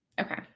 Okay